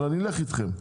אבל אני אלך איתכם,